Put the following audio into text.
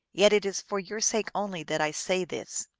yet it is for your sake only that i say this.